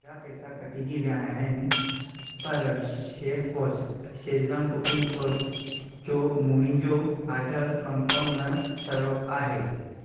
मुंहिंजा पैसा कटजी विया आहिनि पर chef boss Schezwan cooking sauce जो मुंहिंजो आडर कन्फम न थियो आहे